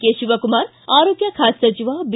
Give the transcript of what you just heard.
K Shivakumar ಆರೋಗ್ಯ ಖಾತೆ ಸಚಿವ ಬಿ